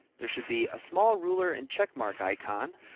there should be a small ruler and checkmark icon,